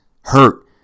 hurt